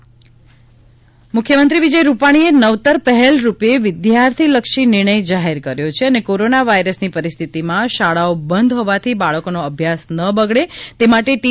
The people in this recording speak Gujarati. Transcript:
પરીક્ષા મુખ્યમંત્રી મુખ્યમંત્રી વિજયભાઇ રૂપાણીએ નવતર પહેલરૂપે વિદ્યાર્થીલક્ષી નિર્ણય જાહેર કર્યો છે અને કોરોના વાયરસની પરિસ્થિતીમાં શાળાઓ બંધ હોવાથી બાળકોનો અભ્યાસ ન બગડે તે માટે ટી